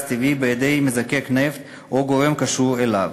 טבעי בידי מזקק נפט או גורם הקשור אליו: